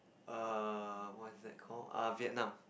err what is that called uh Vietnam